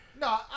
No